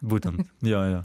būtent jo jo